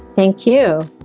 thank you.